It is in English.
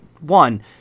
One